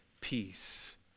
peace